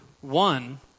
One